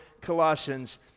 Colossians